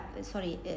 sorry